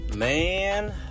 Man